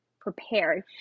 prepared